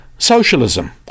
socialism